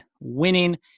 winning